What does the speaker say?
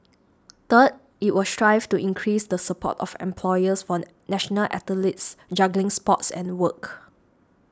third it will strive to increase the support of employers for national athletes juggling sports and work